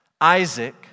Isaac